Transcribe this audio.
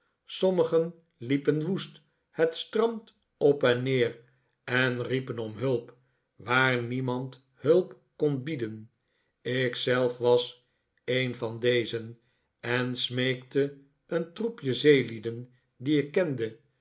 sommigen liepen woest het strand op en neer en riepen om hulp waar niemand hulp kon bieden ik zelf was een van dezen en smeekte een troepje zeelieden die ik kende